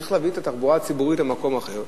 צריך להביא את התחבורה הציבורית למקום אחר,